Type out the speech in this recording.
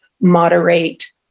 moderate